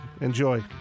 Enjoy